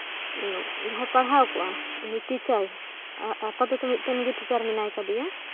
ᱡᱟᱸᱦᱟᱭ ᱯᱟᱲᱦᱟᱣ ᱠᱚᱣᱟ ᱩᱱᱤ ᱴᱤᱪᱟᱨ ᱟᱯᱟᱛᱚᱛᱚ ᱢᱤᱴᱮᱱ ᱜᱮ ᱴᱤᱪᱟᱨ ᱢᱮᱱᱟᱭ ᱠᱟᱫᱮᱭᱟ